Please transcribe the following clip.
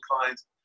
clients